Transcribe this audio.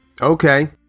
Okay